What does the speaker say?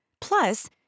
Plus